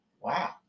Wow